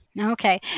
Okay